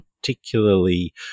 particularly